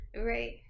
Right